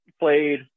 played